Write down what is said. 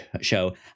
Show